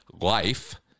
life